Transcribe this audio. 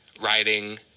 riding